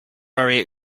very